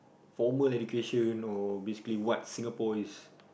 formal education or basically what Singapore is